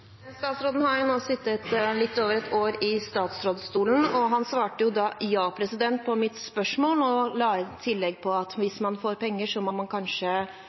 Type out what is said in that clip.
Statsråden har nå sittet litt over et år i statsrådsstolen, og han svarte jo «ja» på mitt spørsmål, og la i tillegg til at hvis man får penger, må man